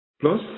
plus